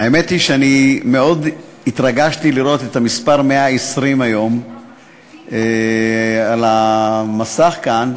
האמת היא שאני מאוד התרגשתי לראות את המספר 120 היום על המסך כאן.